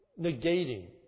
negating